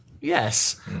yes